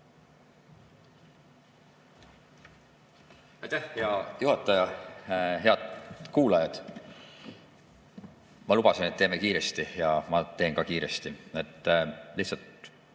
Aitäh, hea juhataja! Head kuulajad! Ma lubasin, et teeme kiiresti, ja ma teen ka kiiresti. Lihtsalt